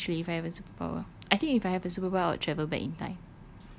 I don't know actually if I have a superpower I think if I have a superpower I will travel back in time